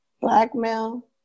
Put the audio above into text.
blackmail